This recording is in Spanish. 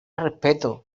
respeto